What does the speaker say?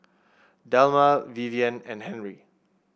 Delma Vivien and Henry